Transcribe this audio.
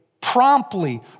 promptly